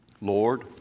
LORD